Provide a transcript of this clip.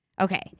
Okay